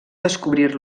descobrir